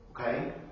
Okay